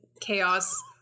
chaos